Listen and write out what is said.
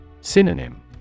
Synonym